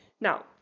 Now